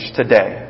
today